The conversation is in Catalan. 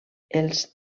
els